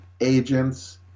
agents